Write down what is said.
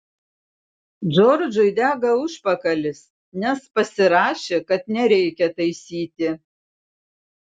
džordžui dega užpakalis nes pasirašė kad nereikia taisyti